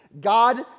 God